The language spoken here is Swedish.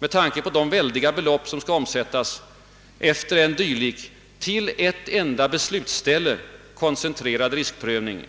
Med tanke på de väldiga belopp som skall omsättas efter en dylik, till ett enda beslutsställe koncentrerad riskprövning